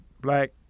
black